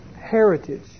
Heritage